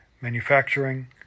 manufacturing